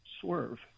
swerve